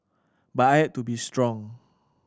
but I had to be strong